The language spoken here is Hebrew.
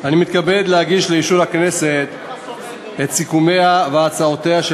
אני מתכבד להגיש לאישור הכנסת את סיכומיה והצעותיה של